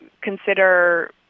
consider